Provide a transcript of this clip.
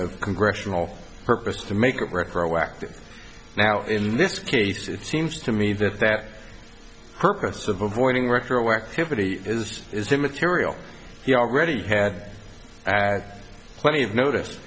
of congressional purpose to make it retroactive now in this case it seems to me that that purpose of avoiding retro activity is is immaterial he already had plenty of notice